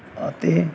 ਅਤੇ